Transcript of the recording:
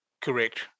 Correct